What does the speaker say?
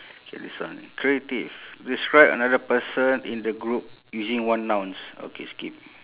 okay this one creative describe another person in the group using one nouns okay skip